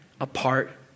apart